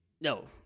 No